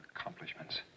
accomplishments